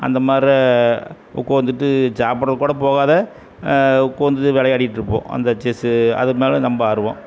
அந்த மாரி உக்கார்ந்துட்டு சாப்பிடக்கூட போகாம உக்காந்து விளையாடிட்ருப்போம் அந்த செஸ்ஸு அது மேலே ரொம்ப ஆர்வம்